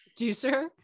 juicer